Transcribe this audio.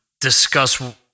discuss